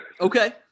Okay